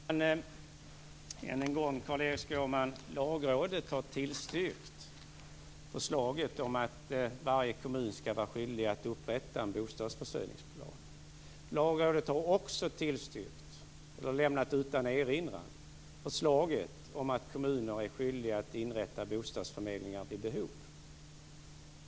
Fru talman! Än en gång, Carl-Erik Skårman: Lagrådet har tillstyrkt förslaget om att varje kommun ska vara skyldig att upprätta en bostadsförsörjningsplan. Lagrådet har också lämnat utan erinran förslaget om att kommunerna är skyldiga att inrätta bostadsförmedlingar vid behov.